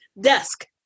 desk